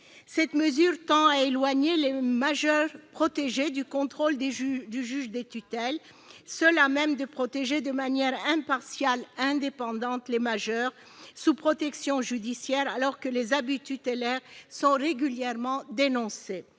Cette mesure tend à éloigner le majeur protégé du contrôle du juge des tutelles, seul à même de protéger de manière impartiale et indépendante les majeurs sous protection judiciaire, alors que les abus tutélaires sont régulièrement dénoncés.